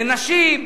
לנשים,